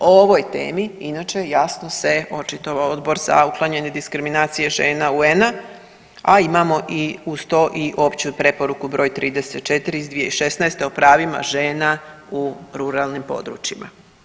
O ovoj temi inače jasno se očitovao Odbor za uklanjanje diskriminacije žena UN-a, a imamo i uz to i opću preporuku br. 34 iz 2016. o pravima žena u ruralnim područjima.